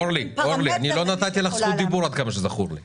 אורלי, עד כמה שזכור לי לא נתתי לך זכות דיבור.